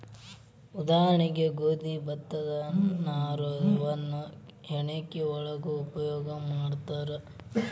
ಉದಾಹರಣೆಗೆ ಗೋದಿ ಭತ್ತದ ನಾರು ಇವನ್ನ ಹೆಣಕಿ ಒಳಗು ಉಪಯೋಗಾ ಮಾಡ್ತಾರ